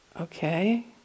okay